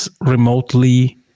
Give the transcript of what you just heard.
remotely